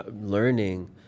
learning